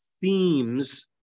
themes